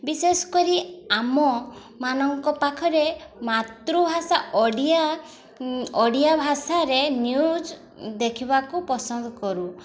ବିଶେଷ କରି ଆମମାନଙ୍କ ପାଖରେ ମାତୃଭାଷା ଓଡ଼ିଆ ଓଡ଼ିଆ ଭାଷାରେ ନ୍ୟୁଜ୍ ଦେଖିବାକୁ ପସନ୍ଦ କରୁ